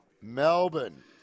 Melbourne